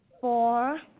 four